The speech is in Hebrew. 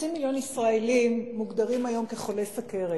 חצי מיליון ישראלים מוגדרים היום כחולי סוכרת,